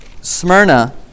Smyrna